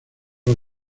los